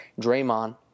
Draymond